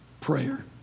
Prayer